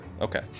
Okay